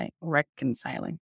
reconciling